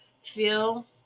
Feel